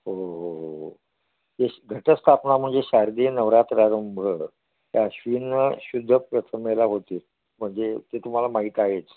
हो हो हो घटस्थापना म्हणजे शारदीय नवरात्रारंभ या अश्विन शुद्ध प्रथमेला होते म्हणजे ते तुम्हाला माहीत आहेच